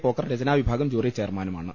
പോക്കർ രചനാവിഭാഗം ജൂറി ചെയർമാനുമാണ്